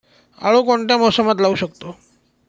आळू कोणत्या मोसमात लावू शकतो?